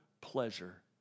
pleasure